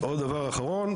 דבר אחרון,